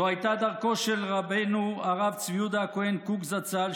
זאת הייתה דרכו של רבנו הרב צבי יהודה הכהן קוק זצ"ל,